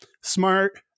Smart